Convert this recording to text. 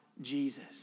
Jesus